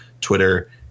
Twitter